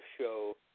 Show